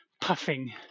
puffing